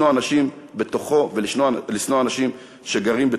אנשים בתוכו ולשנוא אנשים שגרים בתוכו.